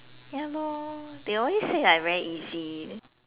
ya lor they always say like very easy